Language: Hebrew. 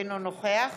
אינו נוכח